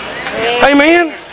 Amen